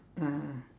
ah